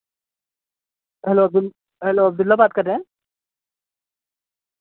hello Abdul hello Abdullah بات کر رہیں ہیں